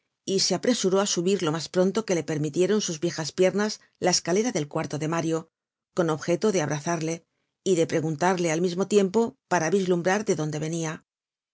y se apresuró á subir lo mas pronto que le permitieron sus viejas piernas la escalera del cuarto de mario con objeto de abrazarle y de preguntarle al mismo tiempo para vislumbrar de dónde venia